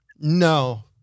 No